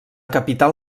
capital